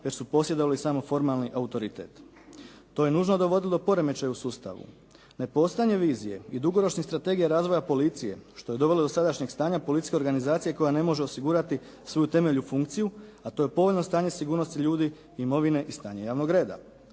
već su posjedovali samo formalni autoritet. To je nužno dovodilo do poremećaja u sustavu. Nepostojanje vizije i dugoročnih strategija razvoja policije što je dovelo do sadašnjeg stanja policijske organizacije koja ne može osigurati svoju temeljnu funkciju, a to je povoljno stanje sigurnosti ljudi, imovine i stanje javnog reda.